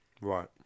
right